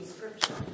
Scripture